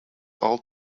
old